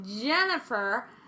Jennifer